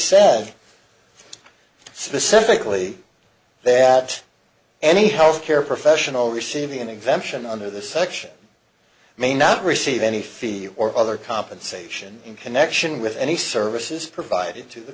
said specifically that any health care professional receiving an exemption under this section may not receive any fee or other compensation in connection with any services provided to the